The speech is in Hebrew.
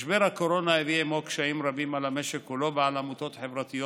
משבר הקורונה הביא עימו קשיים רבים למשק כולו ובפרט לעמותות חברתיות.